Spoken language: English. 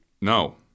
No